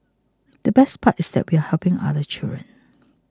the best part is that we are helping other children